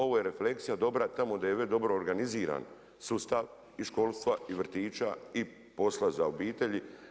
Ovo je refleksija dobra tamo gdje je dobro organiziran sustav i školstava i vrtića i posla za obitelji.